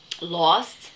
lost